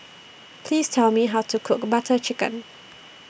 Please Tell Me How to Cook Butter Chicken